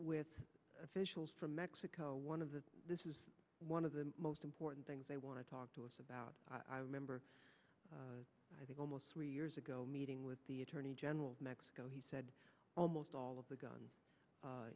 with officials from mexico one of the this is one of the most important things they want to talk to us about i remember i think almost three years ago meeting with the attorney general of mexico he said almost all of the gun